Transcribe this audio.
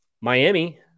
Miami